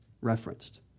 referenced